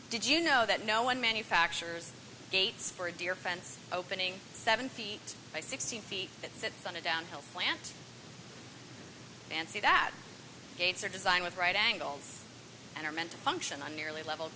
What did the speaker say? did you know that no one manufactures gates for defense opening seven feet by sixteen feet that sit on a downhill plant and see that gates are designed with right angles and are meant to function on nearly level